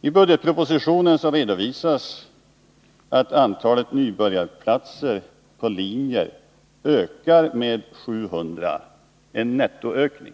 I budgetpropositionen redovisas att antalet nybörjarplatser på linjer ökar med 700, vilket är en nettoökning.